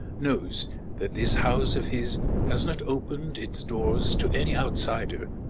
knows that this house of his has not opened its doors to any outsider,